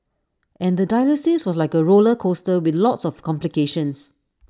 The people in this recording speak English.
and the dialysis was like A roller coaster with lots of complications